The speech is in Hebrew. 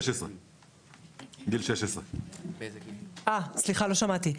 גיל 16. סליחה, לא שמעתי.